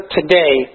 today